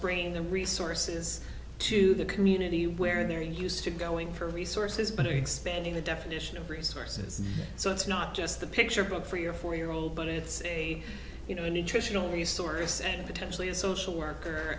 bringing the resources to the community where they're used to going for resources but expanding the definition of resources so it's not just a picture book for your four year old but it's a you know a nutritional resource and potentially a social worker